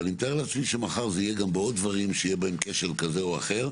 אני מתאר לעצמי שמחר זה יהיה גם בעוד דברים שיהיה בהם כשל כזה או אחר.